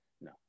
No